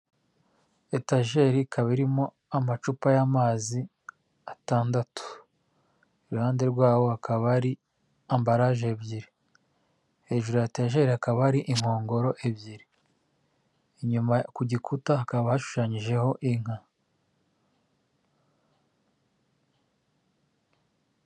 Etajeri ikaba irimo amacupa y'amazi atandatu iruhande rwayo hakaba hari ambaralaje ebyiri hejuru ya etajeli hakaba hari inkongoro ebyiri, inyuma ku gikuta hakaba hashushanyijeho inka.